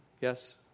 Yes